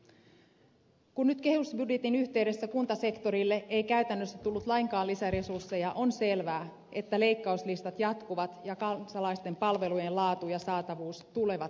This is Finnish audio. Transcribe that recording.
kun nyt kehysbudjetin yhteydessä kuntasektorille ei käytännössä tullut lainkaan lisäresursseja on selvää että leikkauslistat jatkuvat ja kansalaisten palvelujen laatu ja saatavuus tulevat heikkenemään